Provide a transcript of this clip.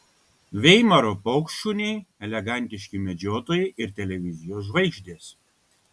veimaro paukštšuniai elegantiški medžiotojai ir televizijos žvaigždės